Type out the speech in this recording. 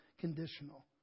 conditional